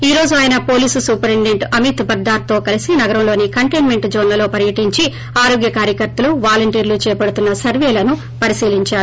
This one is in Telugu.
ఈ రోజు ఆయన పోలీసు సూపరింటెండెంట్ అమిత్ బర్గార్ తో కలిసి నగరంలోని కంటైన్మెంట్ జోన్లలో పర్యటించి ఆరోగ్య కార్యకర్తలు వాలంటీర్లు చేపడుతున్న సర్వేలను పరిశీలించారు